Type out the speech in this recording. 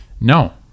no